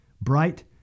bright